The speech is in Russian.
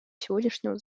сегодняшнего